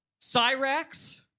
Cyrax